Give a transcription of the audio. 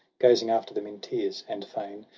gazing after them in tears and fain.